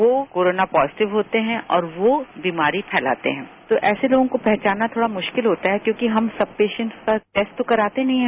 वह corona positive होते हैं और वह बीमारी फैलाते हैं तो ऐसे लोगों को पहचानना थोड़ा मुश्किल होता है क्योंकि हम सब पेशेट्स के साथ टेस्ट तो कराते नहीं हैं